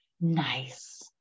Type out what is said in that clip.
Nice